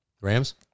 Rams